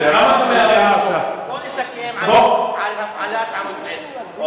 בוא נסכם על הפעלת ערוץ-10.